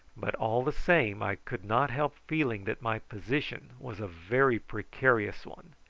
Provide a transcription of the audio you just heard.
but all the same i could not help feeling that my position was a very precarious one.